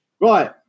Right